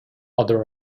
other